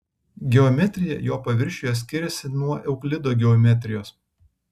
geometrija jo paviršiuje skiriasi nuo euklido geometrijos